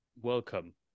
Welcome